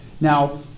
Now